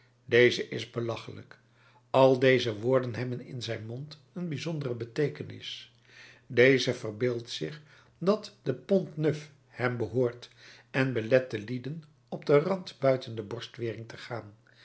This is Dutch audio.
deze is belachelijk al deze woorden hebben in zijn mond een bijzondere beteekenis deze verbeeldt zich dat de pontneuf hem behoort en belet den lieden op den rand buiten de borstwering te gaan